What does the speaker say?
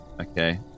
okay